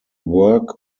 work